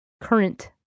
current